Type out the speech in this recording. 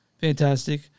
fantastic